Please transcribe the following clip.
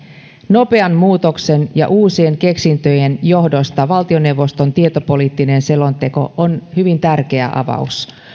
nopean muutoksen ja uusien keksintöjen johdosta valtioneuvoston tietopoliittinen selonteko on hyvin tärkeä avaus